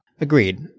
Agreed